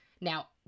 Now